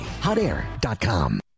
Hotair.com